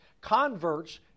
Converts